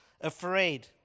afraid